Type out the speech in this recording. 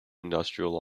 industrial